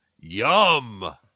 Yum